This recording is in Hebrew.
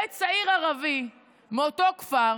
צעיר ערבי מאותו כפר